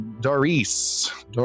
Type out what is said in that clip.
Doris